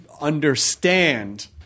understand